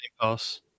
Pass